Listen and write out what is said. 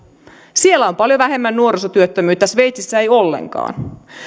siellä on paljon vähemmän nuorisotyöttömyyttä sveitsissä ei ollenkaan